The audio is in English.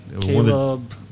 Caleb